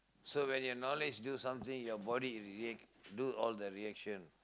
so when your knowledge do something your body will react do all the reaction